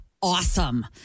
awesome